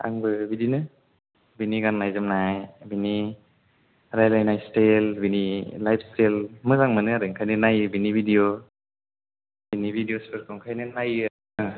आंबो बिदिनो बेनि गाननाय जोमनाय बेनि रायज्लायनाय सिटायेल बिनि लाइफ सिटायेल मोजां मोनो आरो बेखायनो नायो आरो बेनि भिडिय' बेनि भिडिय'सफोरखौ बेखायनो नायो आरो